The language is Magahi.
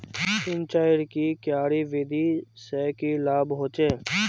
सिंचाईर की क्यारी विधि से की लाभ होचे?